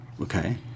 Okay